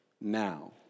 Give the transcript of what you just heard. now